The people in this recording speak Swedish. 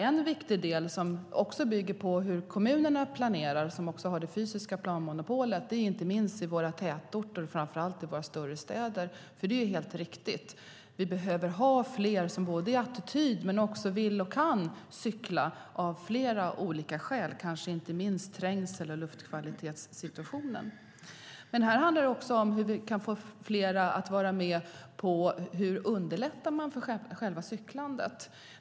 En viktig del bygger på hur kommunerna, som har det fysiska planmonopolet, planerar, inte minst i våra tätorter och framför allt i våra större städer. Det är ju riktigt att vi behöver ha fler som har attityden men också vill och kan cykla av flera olika skäl, kanske inte minst trängsel och luftkvalitetssituation. Det handlar också om hur vi kan få fler att vara med på hur man underlättar själva cyklandet.